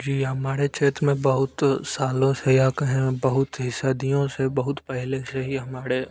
जी हमारे क्षेत्र में बहुत सालो से या कहें बहुत ही सदियों से बहुत पहले से ही हमारे